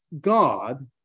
God